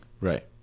Right